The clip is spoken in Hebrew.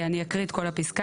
אני אקריא את כל הפסקה.